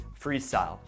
freestyle